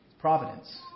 providence